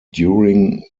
during